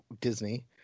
Disney